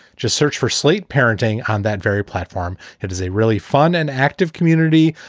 just search for slate parenting on that very platform. it is a really fun and active community.